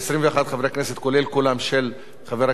כולל קולם של חבר הכנסת רותם,